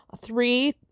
three